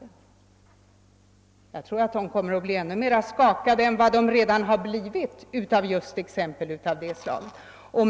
Jag tror att de i så fall kommer att bli ännu mer skakade än de redan blivit av exempel av det här slaget.